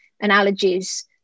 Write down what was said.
analogies